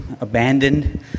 abandoned